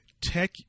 tech